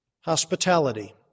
Hospitality